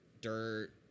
dirt